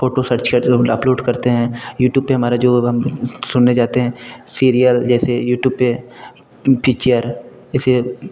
photo search करते और upload करते हैं यूट्यूब पर हमारा जो अब हम सुनने जाते हैं सीरियल जैसे यूट्यूब पर पिच्चर ऐसे